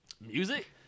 Music